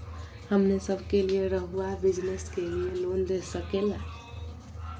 हमने सब के लिए रहुआ बिजनेस के लिए लोन दे सके ला?